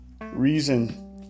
Reason